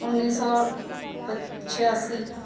ਉੱਨੀ ਸੌ ਪੱਚ ਛਿਆਸੀ